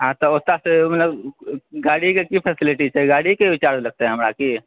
हँ तऽ ओतऽ से मतलब गाड़ीके की फैसलिटी छै गाड़ीके भी चार्ज लगतै हमरा की